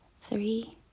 three